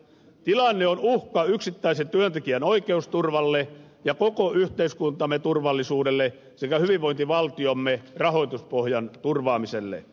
tilanne on uhka yksittäisen työntekijän oikeusturvalle ja koko yhteiskuntamme turvallisuudelle sekä hyvinvointivaltiomme rahoituspohjan turvaamiselle